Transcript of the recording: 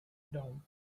down